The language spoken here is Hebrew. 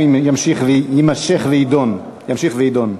בעד 47, אין מתנגדים.